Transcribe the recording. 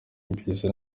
mbizi